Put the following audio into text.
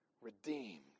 redeemed